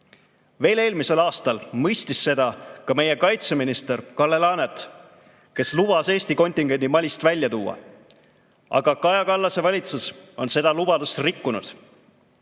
Veel eelmisel aastal mõistis seda ka meie kaitseminister Kalle Laanet, kes lubas Eesti kontingendi Malist välja tuua. Aga Kaja Kallase valitsus on seda lubadust rikkunud.